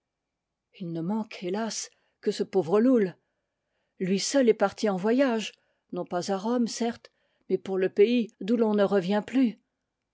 il ne manque hélas que ce pauvre loull lui seul est parti en voyage non pas à rome certes mais pour le pays d'où l'on ne revient plus